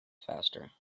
faster